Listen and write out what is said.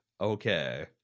okay